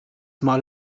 mal